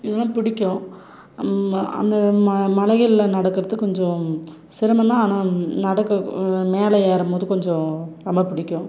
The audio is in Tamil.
இதெலாம் பிடிக்கும் அந்த ம மலைகளில் நடக்கிறது கொஞ்சம் சிரமம் தான் ஆனால் நடக்க மேலே ஏறும் போது கொஞ்சம் ரொம்ப பிடிக்கும்